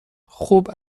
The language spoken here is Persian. خوب